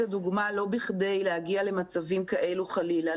הדוגמה לא בכדי להגיע למצבים כאלו חלילה.